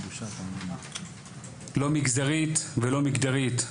לא מגזרית ולא מגדרית,